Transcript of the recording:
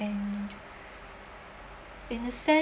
and in a sense